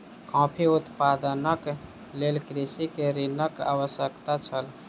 coffee उत्पादनक लेल कृषक के ऋणक आवश्यकता छल